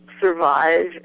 survive